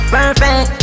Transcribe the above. Perfect